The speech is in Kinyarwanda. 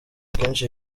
keshi